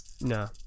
No